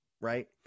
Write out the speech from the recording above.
right